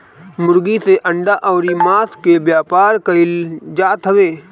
मुर्गी से अंडा अउरी मांस के व्यापार कईल जात हवे